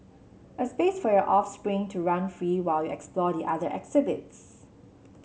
a space for your offspring to run free while you explore the other exhibits